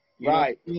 Right